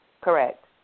Correct